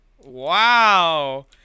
Wow